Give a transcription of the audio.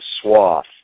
swath